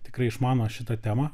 tikrai išmano šitą temą